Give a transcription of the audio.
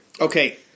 Okay